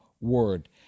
word